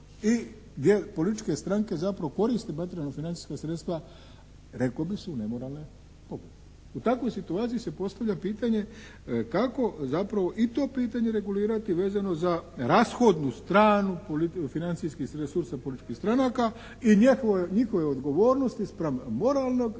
i gdje političke stranke zapravo koriste materijalna financijska sredstva reklo bi se u nemoralne … /Ne razumije se./ … U takvoj situaciji se postavlja pitanje kako zapravo i to pitanje regulirati vezano za rashodnu stranu financijskih resursa političkih stranaka i njihove odgovornosti spram moralnog